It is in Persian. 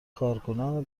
کارکنان